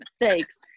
mistakes